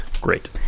great